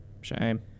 Shame